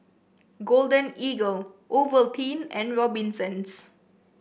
Golden Eagle Ovaltine and Robinsons